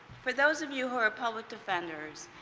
for those of you who are ah public defenders,